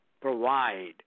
provide